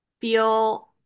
feel